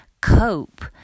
cope